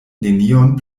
nenion